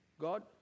God